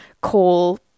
call